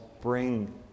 bring